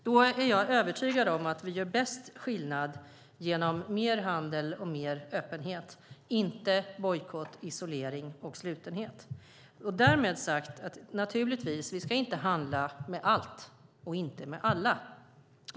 Då är jag övertygad om att vi gör bäst skillnad genom mer handel och mer öppenhet, inte bojkott, isolering och slutenhet. Vi ska naturligtvis inte handla med allt och med alla.